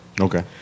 Okay